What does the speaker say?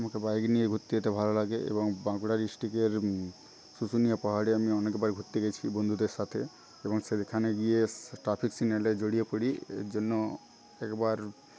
motor bike নিয়ে ঘুরতে যেতে ভালো লাগে এবং বাঁকুড়া ডিস্ট্রিক্টের শুশুনিয়া পাহাড়ে আমি অনেকবার ঘুরতে গেছি বন্ধুদের সাথে এবং সেইখানে গিয়ে ট্রাফিক সিগনালে জড়িয়ে পরি এর জন্য একবার